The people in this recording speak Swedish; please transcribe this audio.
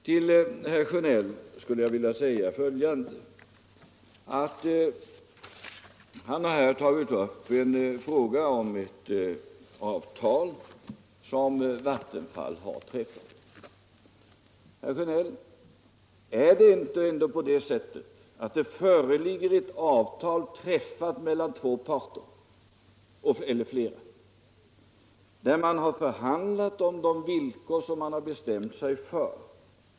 Till herr Sjönell skulle jag vilja säga följande: Herr Sjönell har här tagit upp en fråga om ett avtal som Vattenfall har träffat. Är det ändå inte på det sättet, herr Sjönell, att det föreligger ett avtal, träffat mellan två eller flera parter, där man har förhandlat på de villkor som man bestämt sig för?